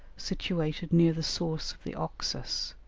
situated near the source of the oxus.